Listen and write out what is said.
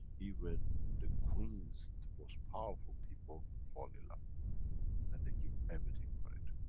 even the queens, the most powerful people fall ah and they give everything for it.